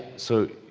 so